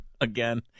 again